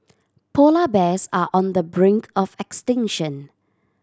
polar bears are on the brink of extinction